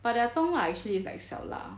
but their 中辣 actually is like 小辣